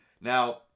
Now